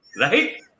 right